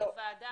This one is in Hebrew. כוועדה,